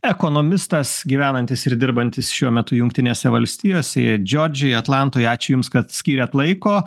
ekonomistas gyvenantis ir dirbantis šiuo metu jungtinėse valstijose džordžija atlantoje ačiū jums kad skyrėt laiko